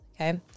Okay